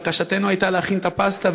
בקשתנו הייתה להכין את הפסטה,